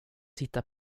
sitta